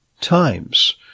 times